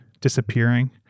disappearing